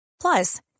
Plus